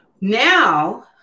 now